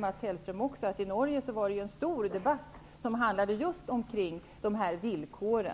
Mats Hellström vet också att man hade en stor debatt i Norge som just gällde dessa villkor.